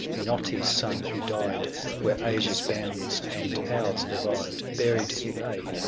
minotti's son, who died where asia's bounds and ours divide. buried he lay,